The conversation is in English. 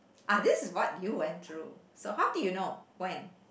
ah this is what you went through so how did you know when